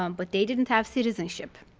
um but they didn't have citizenship.